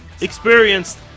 experienced